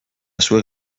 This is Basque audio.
zuek